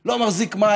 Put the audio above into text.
לא מחזיק מים.